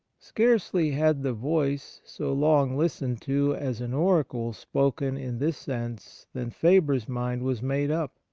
scarcely had the voice so long listened to as an oracle spoken in this sense than faber's mind was made up,